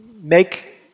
Make